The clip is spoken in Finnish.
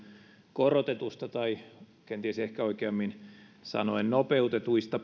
korotetusta tai kenties ehkä oikeammin sanoen nopeutetusta